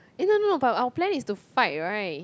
eh no no no but our plan is to fight [right]